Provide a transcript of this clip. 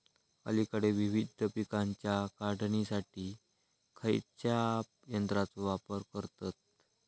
अलीकडे विविध पीकांच्या काढणीसाठी खयाच्या यंत्राचो वापर करतत?